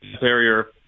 barrier